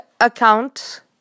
account